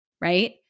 Right